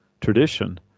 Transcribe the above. tradition